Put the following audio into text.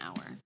hour